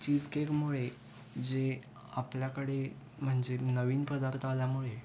चीज केकमुळे जे आपल्याकडे म्हणजे नवीन पदार्थ आल्यामुळे